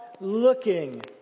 looking